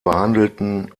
behandelten